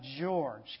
George